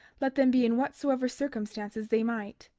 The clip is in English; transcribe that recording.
let them be in whatsoever circumstances they might.